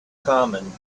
common